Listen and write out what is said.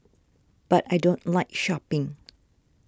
but I don't like shopping